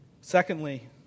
Secondly